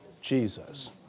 Jesus